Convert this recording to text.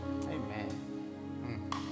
Amen